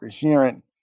coherent